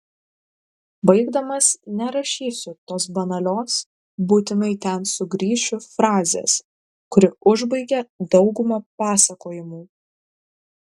baigdamas nerašysiu tos banalios būtinai ten sugrįšiu frazės kuri užbaigia daugumą pasakojimų